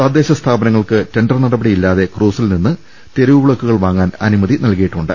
തദ്ദേശ സ്ഥാപന ങ്ങൾക്ക് ടെണ്ടർ നടപടിയില്ലാതെ ക്രൂസിൽനിന്ന് തെരുവു വിളക്കുകൾ വാങ്ങാൻ അനുമതി നൽകിയിട്ടുണ്ട്